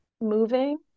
moving